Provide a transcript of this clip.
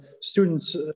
students